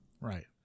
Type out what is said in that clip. Right